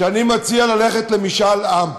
שאני מציע ללכת למשאל עם.